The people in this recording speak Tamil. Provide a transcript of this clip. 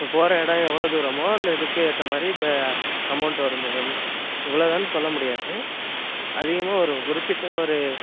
இப்போ போகற இடம் எவ்வளோ தூரமோ அந்த இதுக்கு ஏற்றா மாதிரி இப்போ அமௌண்ட் வரும் மேடம் இவ்வளோ தான் சொல்ல முடியாது அதிகமாக ஒரு குறிப்பிட்ட ஒரு